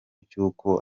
cy’uko